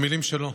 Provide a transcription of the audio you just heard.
המילים שלו.